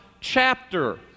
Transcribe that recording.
chapter